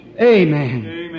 Amen